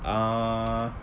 uh